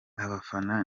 abafana